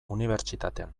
unibertsitatean